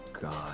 God